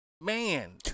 man